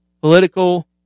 political